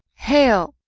hail!